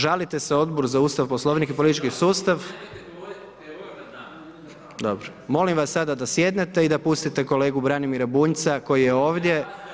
Žalite se Odboru za ustav, Poslovnik i politički sustav. … [[Upadica Maras, ne razumije se.]] Dobro, molim vas sada da sjednete i da pustite kolegu Branimira Bunjca koji je ovdje.